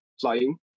flying